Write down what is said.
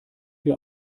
wir